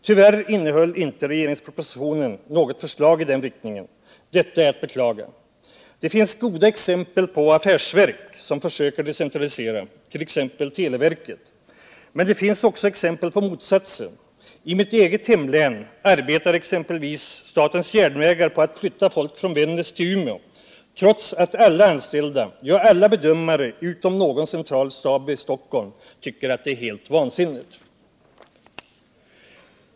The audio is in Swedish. Tyvärr innehöll inte regeringspropositionen något förslag i den riktningen. Detta är att beklaga. Det finns goda exempel på affärsverk som försöker decentralisera, t.ex. televerket. Men det finns också exempel på motsatsen. I mitt eget hemlän arbetar exempelvis statens järnvägar på att flytta folk från Vännäs till Umeå, trots att alla anställda, ja alla bedömare utom någon central stab i Stockholm tycker att det är helt vansinnigt.